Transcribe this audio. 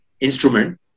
instrument